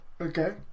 Okay